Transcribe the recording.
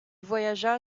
voyagea